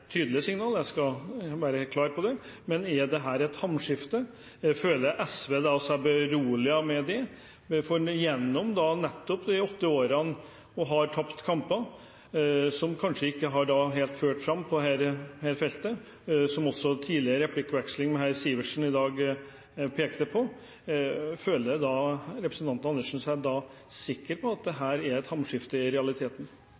men er det et hamskifte? Føler SV seg beroliget av det, etter de åtte årene de har tapt kamper, som kanskje ikke helt har ført fram på dette feltet, som også pekt på i tidligere replikkveksling med hr. Sivertsen i dag? Føler representanten Andersen seg sikker på at dette i realiteten er hamskifte? Hva jeg føler og tror, betyr fryktelig lite. Det er det som blir gjort i